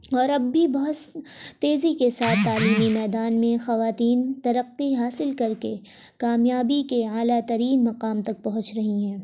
اور اب بھی بہت تیزی کے ساتھ تعلیمی میدان میں خواتین ترقی حاصل کر کے کامیابی کے اعلیٰ ترین مقام تک پہنچ رہی ہیں